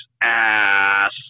ass